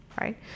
right